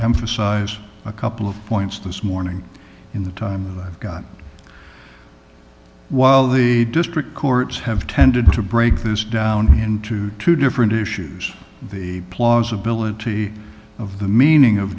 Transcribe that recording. emphasize a couple of points this morning in the time that i've got while the district courts have tended to break this down into two different issues the plausibility of the meaning of